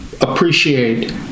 appreciate